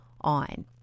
on